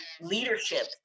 leadership